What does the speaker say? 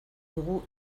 dugu